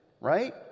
right